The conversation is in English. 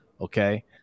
Okay